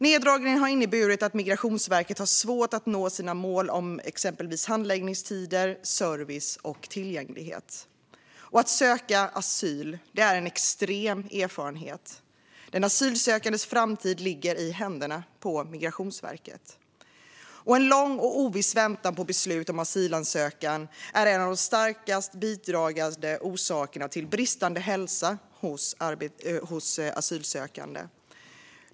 Neddragningen har inneburit att Migrationsverket har svårt att nå sina mål om exempelvis handläggningstider, service och tillgänglighet. Att söka asyl är en extrem erfarenhet. Den asylsökandes framtid ligger i händerna på Migrationsverket, och en lång och oviss väntan på beslut om asylansökan är en av de starkast bidragande orsakerna till bristande hälsa hos asylsökande.